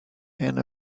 and